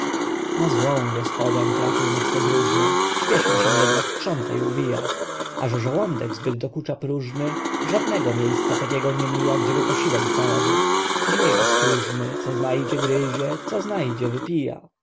na złą gospodę trafił nasz podróżny spieszno się jednak krząta i uwija a że żołądek zbyt dokucza próżny żadnego miejsca takiego nie mija gdzieby posiłek znalazł mniej ostróżny co znajdzie gryzie co znajdzie wypija